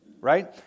Right